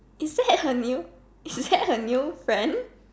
is that her new is that her new friend